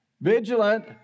Vigilant